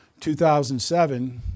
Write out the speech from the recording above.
2007